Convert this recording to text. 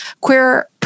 queer